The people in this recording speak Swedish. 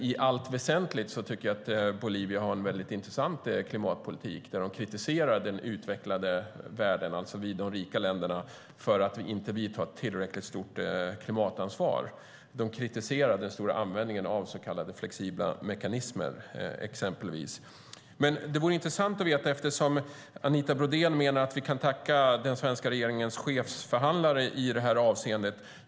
I allt väsentligt tycker jag att Bolivia har en intressant klimatpolitik där de kritiserar den utvecklade världen, alltså de rika länderna, för att dessa inte tar tillräckligt stort klimatansvar. De kritiserar bland annat den stora användningen av så kallade flexibla mekanismer. Anita Brodén menar att vi kan tacka den svenska regeringens chefsförhandlare i det här avseendet.